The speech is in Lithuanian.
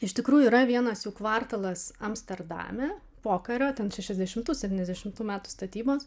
iš tikrųjų yra vienas jų kvartalas amsterdame pokario ten šešiasdešimtų septyniasdešimtų metų statybos